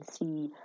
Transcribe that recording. see